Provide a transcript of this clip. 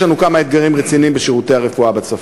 יש לנו כמה אתגרים רציניים בשירותי הרפואה בצפון.